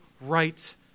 right